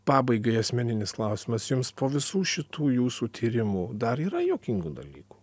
pabaigai asmeninis klausimas jums po visų šitų jūsų tyrimų dar yra juokingų dalykų